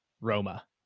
Roma